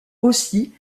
aussi